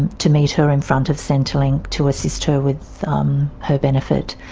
and to meet her in front of centrelink to assist her with um her benefit.